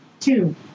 Two